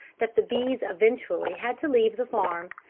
that the b s eventually had to leave the farm,